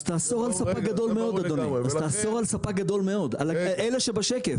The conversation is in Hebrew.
אז תאסור על ספק גדול מאוד, על אלה שבשקף.